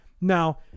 Now